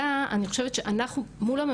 שמבין איך עושים את התהליך,